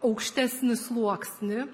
aukštesnį sluoksnį